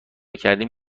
کردیم